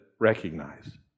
recognize